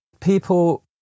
people